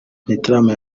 gitaramo